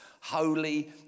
holy